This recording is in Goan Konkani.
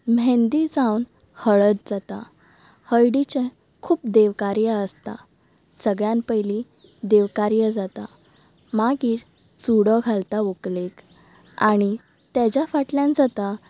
मेहेंदी जावन हळद जाता हळदीचें खूब देवकार्य आसता सगळ्यान पयली देवकार्य जाता मागीर चुडो घालता व्हंकलेक आनी तेज्या फाटल्यान जाता